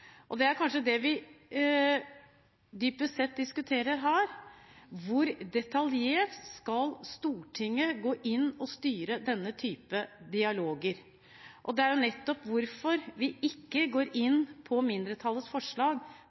og det er kanskje det vi dypest sett diskuterer her: Hvor detaljert skal Stortinget gå inn og styre denne type dialoger? Og det er nettopp derfor vi ikke går inn på mindretallets forslag,